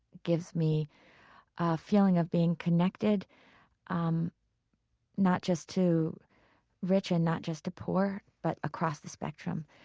gives me a feeling of being connected um not just to rich and not just to poor, but across the spectrum.